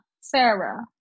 Sarah